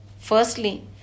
Firstly